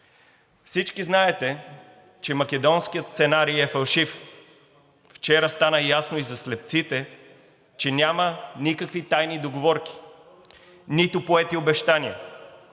Всички знаете, че македонският сценарий е фалшив. Вчера стана ясно и за слепците, че няма никакви тайни договорки, нито поети обещания,